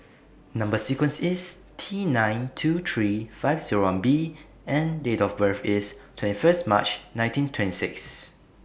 Number sequence IS T nine two three five Zero one B and Date of birth IS twenty First March nineteen twenty six